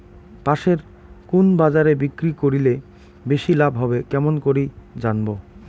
পাশের কুন বাজারে বিক্রি করিলে বেশি লাভ হবে কেমন করি জানবো?